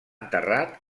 enterrat